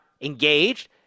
engaged